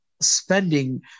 spending